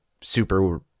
super